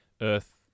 Earth